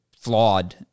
flawed